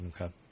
Okay